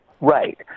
Right